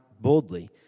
boldly